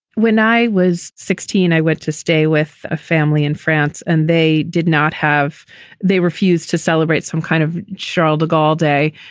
when i was sixteen, i went to stay with a family in france and they did not have they refused to celebrate some kind of charles de gaulle day.